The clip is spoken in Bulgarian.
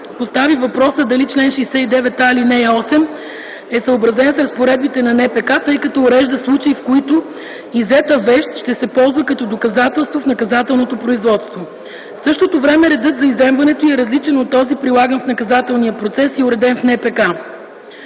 постави въпроса дали чл. 69а, ал. 8 е съобразен с разпоредбите на НПК, тъй като урежда случаи, в които иззета вещ ще се ползва като доказателство в наказателното производство. В същото време редът за изземването й е различен от този, прилаган в наказателния процес и уреден в НПК.